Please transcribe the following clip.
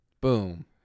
Boom